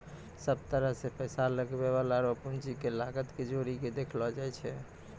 सब तरह से पैसा लगबै वाला रो पूंजी के लागत के जोड़ी के देखलो जाय छै